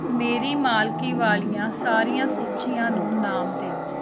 ਮੇਰੀ ਮਾਲਕੀ ਵਾਲੀਆਂ ਸਾਰੀਆਂ ਸੂਚੀਆਂ ਨੂੰ ਨਾਮ ਦਿਓ